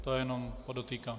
To jenom podotýkám.